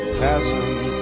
passing